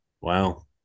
Wow